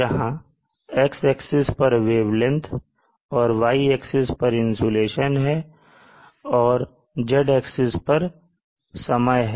जहां X axis पर wavelength है और Y एक्सिस पर इंसुलेशन है तीसरा Z एक्सिस समय का है